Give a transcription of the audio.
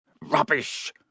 Rubbish